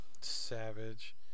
Savage